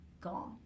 gone